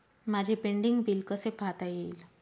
माझे pending bill कसे पाहता येईल?